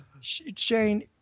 Shane